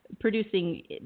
producing